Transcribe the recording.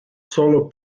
solo